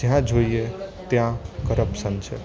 જ્યાં જોઈએ ત્યાં કરપ્શન છે